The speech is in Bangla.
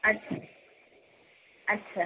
আচ্ছা আচ্ছা